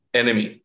enemy